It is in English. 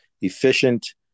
efficient